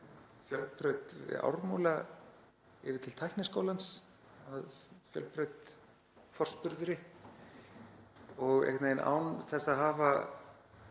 Fjölbraut í Ármúla yfir til Tækniskólans að Fjölbraut forspurðri og einhvern veginn án þess að hafa